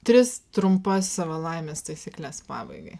tris trumpas savo laimės taisykles pabaigai